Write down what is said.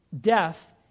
Death